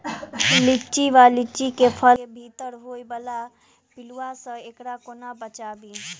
लिच्ची वा लीची केँ फल केँ भीतर होइ वला पिलुआ सऽ एकरा कोना बचाबी?